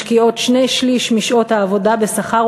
משקיעות שני-שלישים משעות העבודה בשכר,